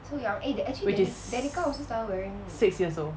which is six years old